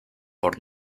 por